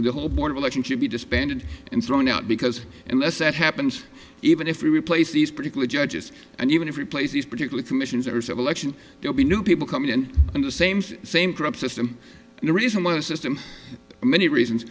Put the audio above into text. the whole board of election should be disbanded and thrown out because unless that happens even if we replace these particular judges and even if replace these particular commissions or civil action they'll be new people coming in and the same same corrupt system and the reason why the sister many reasons